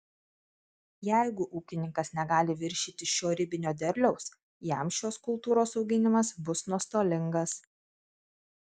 jeigu ūkininkas negali viršyti šio ribinio derliaus jam šios kultūros auginimas bus nuostolingas